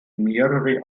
mehrere